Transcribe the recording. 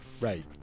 Right